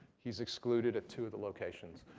he's excluded at two of the locations.